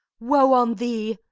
woe on thee!